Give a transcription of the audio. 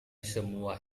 semua